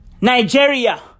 Nigeria